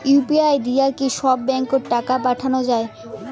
UPI দিয়া কি সব ব্যাংক ওত টাকা পাঠা যায়?